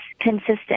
consistent